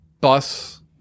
bus